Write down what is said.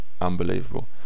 unbelievable